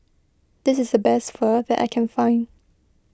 this is the best Pho that I can find